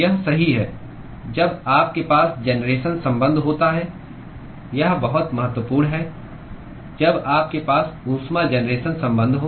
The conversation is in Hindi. यह सही है जब आपके पास जनरेशन संबंध होता है यह बहुत महत्वपूर्ण है जब आपके पास ऊष्मा जेनरेशन संबंध हो